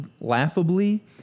laughably